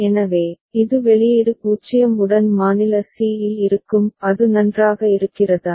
எனவே இது வெளியீடு 0 உடன் மாநில c இல் இருக்கும் அது நன்றாக இருக்கிறதா